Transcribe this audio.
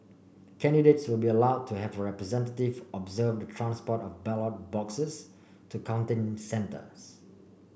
candidates will be allowed to have a representative observe the transport of ballot boxes to counting centres